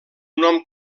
nom